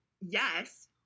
yes